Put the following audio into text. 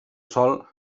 sòl